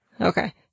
Okay